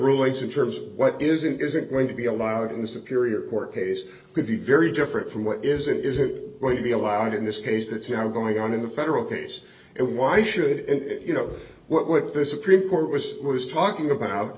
rulings in terms of what isn't isn't going to be allowed in the superior court case could be very different from what is and isn't going to be allowed in this case that's now going on in the federal case and why should you know what this supreme court was was talking